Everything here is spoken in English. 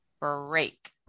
break